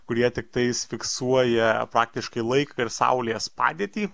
kurie tiktais fiksuoja faktiškai laiką ir saulės padėtį